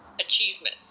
achievements